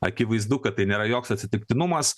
akivaizdu kad tai nėra joks atsitiktinumas